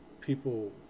people